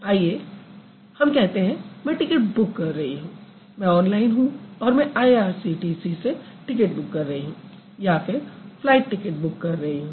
आइए हम कहते हैं मैं टिकिट बुक कर रही हूँ मैं ऑनलाइन हूँ और मैं I R C T C से टिकिट बुक कर रही हूँ या फिर फ्लाइट टिकिट बुक कर रही हूँ